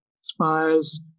spies